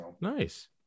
Nice